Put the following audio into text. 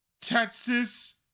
Texas